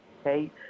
okay